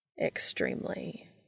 Extremely